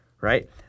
right